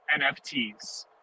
NFTs